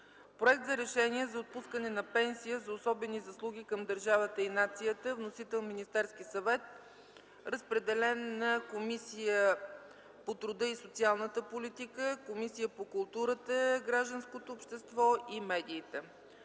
Проект за Решение за отпускане на пенсия за особени заслуги към държавата и нацията. Вносител - Министерският съвет. Разпределен е на Комисията по труда и социалната политика и на Комисията по културата, гражданското общество и медиите.